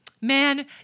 Man